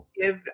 give